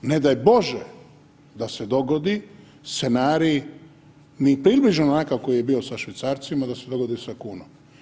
Ne daj Bože da se dogodi scenarij ni približno onakav koji je bio sa švicarcima da se dogodi sa kunom.